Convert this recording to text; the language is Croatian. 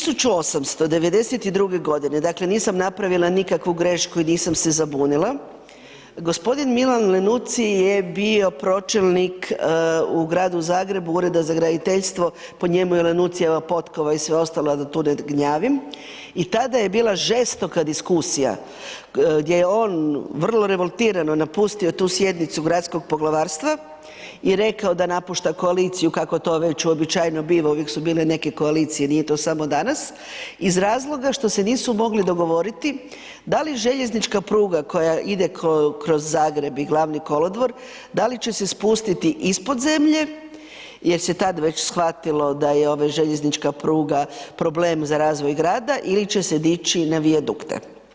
1892. godine dakle nisam napravila nikakvu grešku i nisam se zabunila, gospodin Milan Lenuzzi je bio pročelnik u gradu Zagrebu Ureda za graditeljstvo, po njemu je Lenuzzijeva potkova i sve ostalo, da tu ne gnjavim, i tada je bila žestoka diskusija gdje je on vrlo revoltirano napustio tu sjednicu gradskog poglavarstva i rekao da napušta koaliciju kako to već uobičajeno biva, uvijek su bile neke koalicije, nije to samo danas, iz razloga što se nisu mogli dogovoriti da li željeznička pruga koja ide kroz Zagreb i glavni kolodvor, da li će se spustiti ispod zemlje jer se tada već shvatilo da je ova željeznička pruga problem za razvoj grada ili će se dići na vijadukte.